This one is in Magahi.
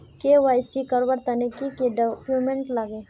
के.वाई.सी करवार तने की की डॉक्यूमेंट लागे?